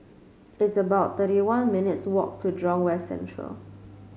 it's about thirty one minutes' walk to Jurong West Central